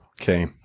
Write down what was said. Okay